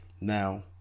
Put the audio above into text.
now